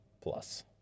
Plus